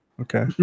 Okay